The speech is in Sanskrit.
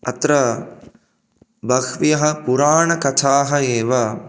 अत्र बह्व्यः पुराणकथाः एव